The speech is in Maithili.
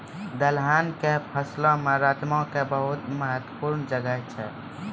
दलहनो के फसलो मे राजमा के महत्वपूर्ण जगह छै